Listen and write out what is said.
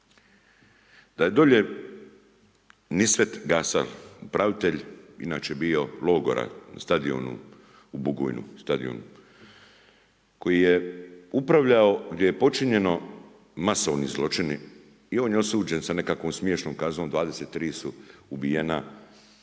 da je dolje Nisvet Gasal, upravitelj inače bio logora na stadionu u Bugojnu, koji je upravljao, gdje je počinjeno masovni zločini i on je osuđen sa nekakvom smiješnom kaznom 23 su ubijena hrvatska